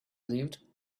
lived